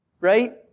Right